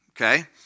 Okay